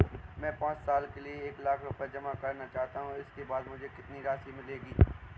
मैं पाँच साल के लिए एक लाख रूपए जमा करना चाहता हूँ इसके बाद मुझे कितनी राशि मिलेगी?